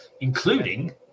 including